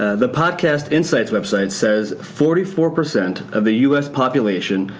ah the podcast insight website says forty four percent of the u s. population,